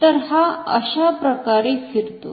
तर हा अशाप्रकारे फिरतो